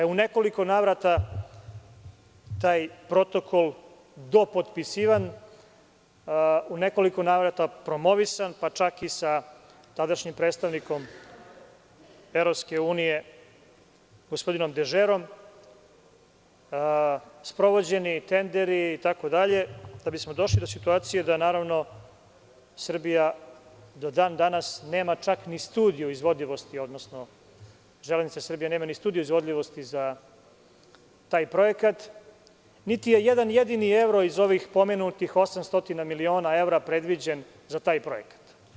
U nekoliko navrata je taj protokol dopotpisivan, u nekoliko navrata promovisan, pa čak i sa tadašnjim predstavnikom EU, gospodinom Dežerom, sprovođeni tenderi itd, da bismo došli u situaciju da Srbija do dan danas nema čak ni studiju o izvodljivosti, odnosno „Železnica Srbije“ nema studiju izvodljivosti za taj projekat, niti je jedan jedini evro iz ovih pomenutih 800 miliona evra predviđen za taj projekat.